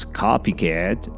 copycat